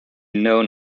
known